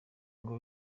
ngo